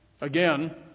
Again